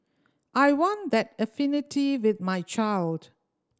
I want that affinity with my child